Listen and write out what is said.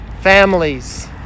Families